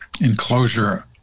enclosure